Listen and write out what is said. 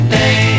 day